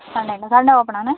Sunday ഉണ്ട് Sunday open ആണ്